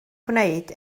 gwneud